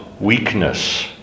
weakness